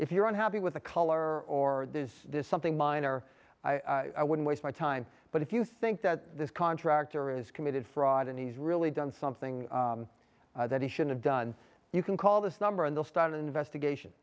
if you're unhappy with the color or this is something minor i wouldn't waste my time but if you think that this contractor is committed fraud and he's really done something that he should have done you can call this number and they'll start an investigation